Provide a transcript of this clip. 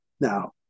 Now